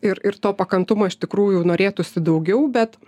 ir ir to pakantumo iš tikrųjų norėtųsi daugiau bet